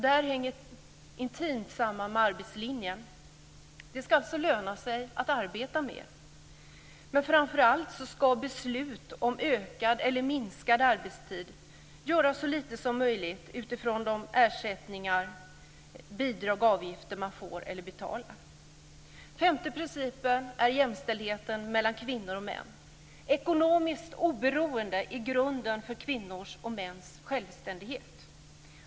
Det hänger intimt samman med arbetslinjen. Det ska alltså löna sig att arbeta mer. Men framför allt ska beslut om ökad eller minskad arbetstid göra så lite som möjligt i förhållande till de ersättningar, bidrag och avgifter man får eller betalar. Den femte principen är jämställdheten mellan kvinnor och män. Ekonomiskt oberoende är grunden för kvinnors och mäns självständighet.